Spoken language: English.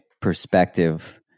perspective